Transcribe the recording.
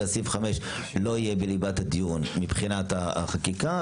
סעיף 5 לא יהיה בליבת הדיון מבחינת החקיקה.